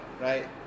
right